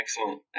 Excellent